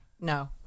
no